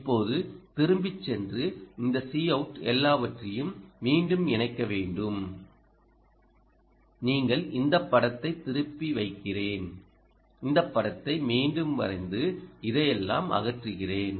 இப்போது திரும்பிச் சென்று இந்த Cout எல்லாவற்றையும் மீண்டும் இணைக்க வேண்டும் நீங்கள் இந்தப் படத்தைத் திருப்பி வைக்கிறேன் இந்தப் படத்தை மீண்டும் வரைந்து இதையெல்லாம் அகற்றுகிறேன்